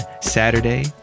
Saturday